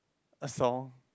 a saw